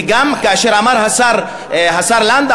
וגם כאשר אמר השר לנדאו,